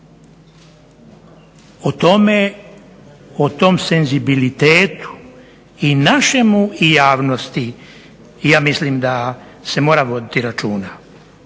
O tom senzibilitetu i našemu i javnosti ja mislim da se mora voditi računa,